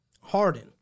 Harden